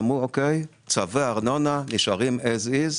שאמרו שצווי ארנונה נשארים As is.